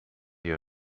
you